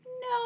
no